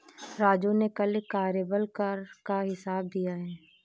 राजू ने कल कार्यबल कर का हिसाब दिया है